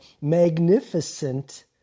magnificent